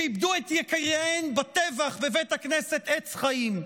שאיבדו את יקיריהן בטבח בבית הכנסת עץ חיים,